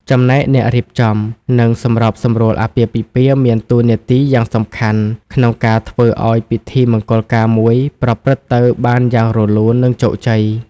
ចំណែកអ្នករៀបចំ និងសម្របសម្រួលអាពាហ៍ពិពាហ៍មានតួនាទីយ៉ាងសំខាន់ក្នុងការធ្វើឱ្យពិធីមង្គលការមួយប្រព្រឹត្តទៅបានយ៉ាងរលូន និងជោគជ័យ។